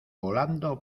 volando